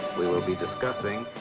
we will be discussing.